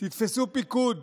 תתפסו פיקוד,